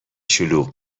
شلوغ